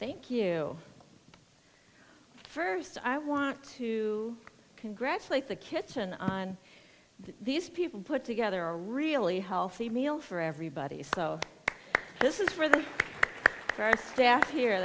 thank you first i want to congratulate the kitchen on these people put together a really healthy meal for everybody so this is for the right there